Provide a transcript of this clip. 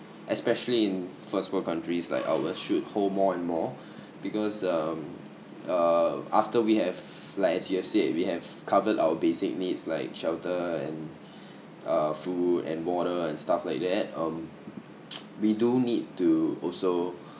especially in first world countries like ours should hold more and more because um uh after we have like you have said we have covered our basic needs like shelter and uh food and water and stuff like that um we do need to also